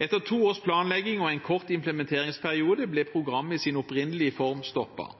Etter to års planlegging og en kort implementeringsperiode ble programmet i